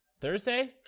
Thursday